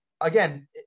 Again